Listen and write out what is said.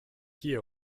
hier